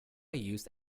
used